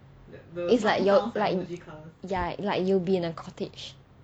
it's like your ya like you'll be in a cottage